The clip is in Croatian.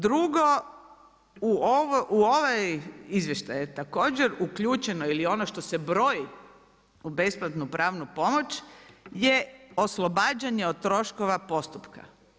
Drugo, u ove izvještaje je također uključeno ili ono što se broji u besplatnu pravnu pomoć je oslobađanje od troškova postupka.